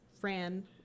Fran